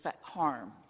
harm